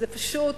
זה פשוט,